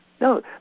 no